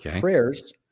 prayers